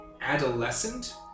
adolescent